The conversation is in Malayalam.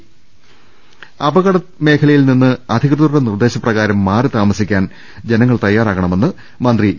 രുമെട്ടിട്ടുള അപകടമേഖലയിൽ നിന്ന് അധികൃതരുടെ നിർദ്ദേശ പ്രകാരം മാറിത്താ മസിക്കാൻ ജനങ്ങൾ തയ്യാറാകണമെന്ന് മന്ത്രി ഇ